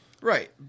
Right